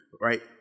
right